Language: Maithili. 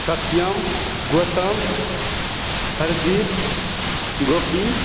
सत्यम गौतम हरजीत गोपी